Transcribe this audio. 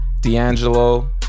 d'angelo